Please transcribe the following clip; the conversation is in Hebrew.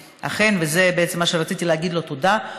וזה בעצם מה שרציתי להגיד לו עליו תודה,